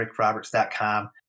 rickroberts.com